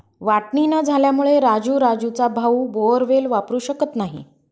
वाटणी न झाल्यामुळे राजू राजूचा भाऊ बोअरवेल वापरू शकत नाही